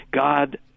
god